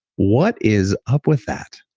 what is up with that?